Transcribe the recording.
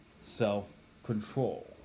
self-control